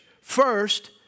First